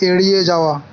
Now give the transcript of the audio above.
এড়িয়ে যাওয়া